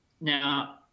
now